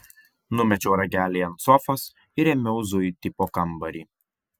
numečiau ragelį ant sofos ir ėmiau zuiti po kambarį